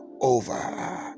over